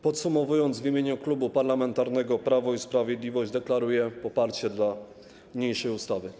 Podsumowując, w imieniu Klubu Parlamentarnego Prawo i Sprawiedliwość deklaruję poparcie dla niniejszego projektu ustawy.